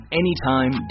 anytime